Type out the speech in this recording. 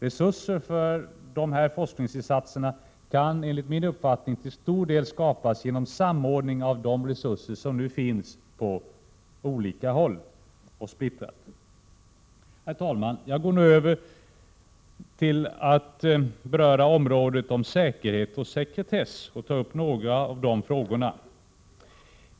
Resurser för dessa forskningsinsatser kan enligt min uppfattning till stor del skapas genom samordning av de resurser som nu är splittrade på olika håll. Herr talman! Jag går nu över till att beröra några av frågorna inom området säkerhet och sekretess.